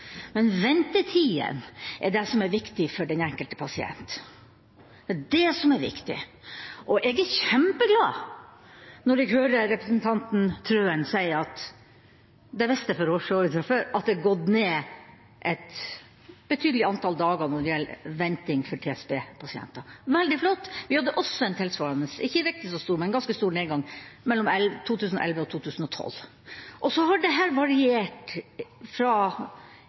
men ventetidene er det som er viktig for den enkelte pasient. Jeg er kjempeglad når jeg hører representanten Wilhelmsen Trøen si det jeg for så vidt visste fra før: at ventetidene har gått ned med et betydelig antall dager for TSB-pasienter. Det er veldig flott. Vi hadde også en nedgang, ikke riktig så stor, men en ganske stor nedgang mellom 2011 og 2012, og så har dette variert internt i det ene året og fra